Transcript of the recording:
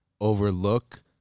overlook